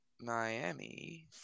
Miami